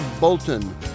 Bolton